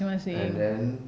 and then